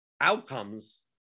outcomes